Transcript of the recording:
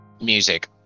Music